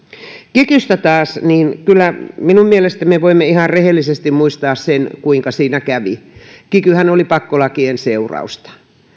kikystä taas kyllä minun mielestäni me voimme ihan rehellisesti muistaa sen kuinka siinä kävi kikyhän oli pakkolakien seurausta